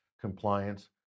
compliance